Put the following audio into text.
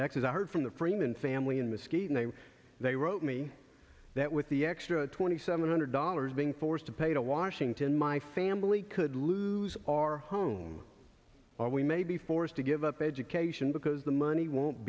heard from the freeman family in mosquita name they wrote me that with the extra twenty seven hundred dollars being forced to pay to washington my family could lose our home or we may be forced to give up education because the money won't